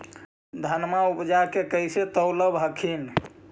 धनमा उपजाके कैसे तौलब हखिन?